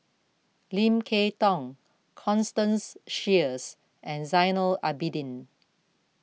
Lim Kay Tong Constance Sheares and Zainal Abidin